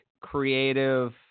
creative